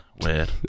weird